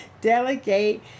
Delegate